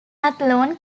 athlone